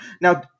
Now